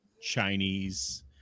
Chinese